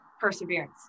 perseverance